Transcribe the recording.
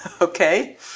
okay